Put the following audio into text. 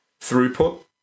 throughput